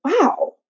wow